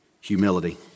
humility